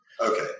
Okay